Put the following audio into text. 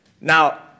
Now